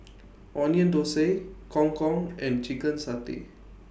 Onion Thosai Gong Gong and Chicken Satay